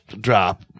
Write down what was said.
Drop